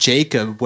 Jacob